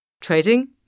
Trading